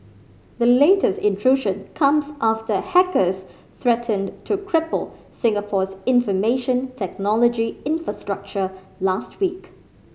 the latest intrusion comes after hackers threatened to cripple Singapore's information technology infrastructure last week